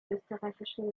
österreichischen